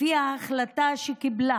לפי ההחלטה שקיבלה